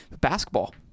Basketball